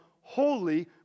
holy